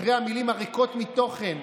אחרי המילים הריקות מתוכן,